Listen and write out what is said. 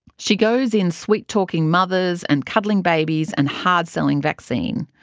she goes in, sweet-talking mothers and cuddling babies and hard-selling vaccine.